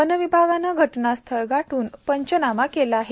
वनविभागाने घटनास्थळ गाठून पंचनामा केला आहेत